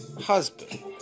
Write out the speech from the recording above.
husband